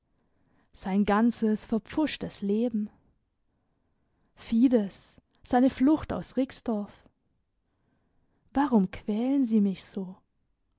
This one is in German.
sein ganzes verpfuschtes leben fides seine flucht aus rixdorf warum quälen sie mich so